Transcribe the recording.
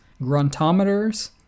gruntometers